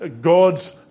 God's